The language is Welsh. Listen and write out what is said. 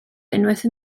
unwaith